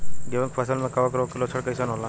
गेहूं के फसल में कवक रोग के लक्षण कइसन होला?